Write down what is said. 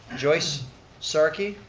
joyce sarkey?